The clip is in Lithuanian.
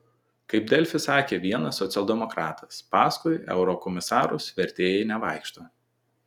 kaip delfi sakė vienas socialdemokratas paskui eurokomisarus vertėjai nevaikšto